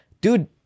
dude